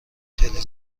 خیلی